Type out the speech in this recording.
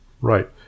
Right